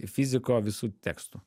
fiziko visų tekstų